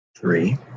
three